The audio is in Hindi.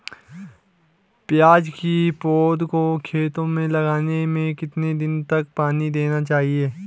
प्याज़ की पौध को खेतों में लगाने में कितने दिन तक पानी देना चाहिए?